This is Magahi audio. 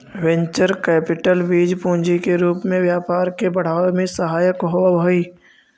वेंचर कैपिटल बीज पूंजी के रूप में व्यापार के बढ़ावे में सहायक होवऽ हई